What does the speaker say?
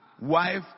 wife